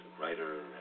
writer